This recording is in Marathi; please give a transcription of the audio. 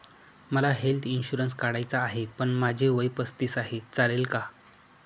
मला हेल्थ इन्शुरन्स काढायचा आहे पण माझे वय पस्तीस आहे, चालेल का?